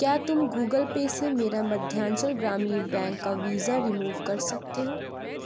کیا تم Google Pay سے میرا مدھیانچل گرامین بینک کا ویزا رموو کر سکتے ہو